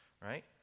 right